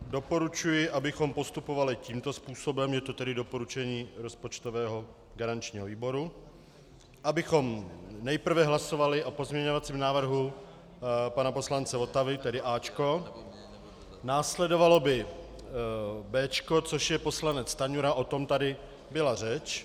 Doporučuji, abychom postupovali tímto způsobem, je to tedy doporučení rozpočtového garančního výboru, abychom nejprve hlasovali o pozměňovacím návrhu pana poslance Votavy, tedy A, následovalo by B, což je poslanec Stanjura, o tom tady byla řeč.